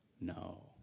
No